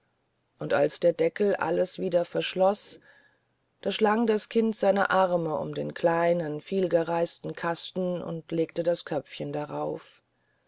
und als der deckel alles wieder verschloß da schlang das kind seine arme um den kleinen vielgereisten kasten und legte das köpfchen darauf